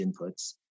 inputs